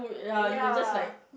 ya